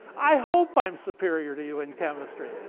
i hope i'm superior to you in chemistry.